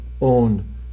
own